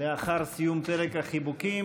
לאחר סיום פרק החיבוקים,